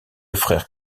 frère